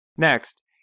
Next